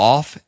Off